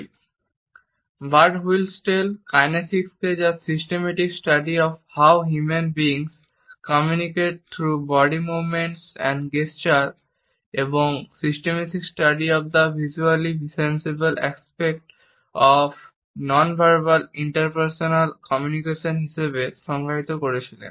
Birdwhistell কাইনেসিক্সকে "the systematic study of how human beings communicate through body movements and gesture" এবং "systematic study of the visually sensible aspects of nonverbal interpersonal communication" হিসাবে সংজ্ঞায়িত করেছিলেন